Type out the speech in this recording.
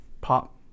pop